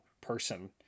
person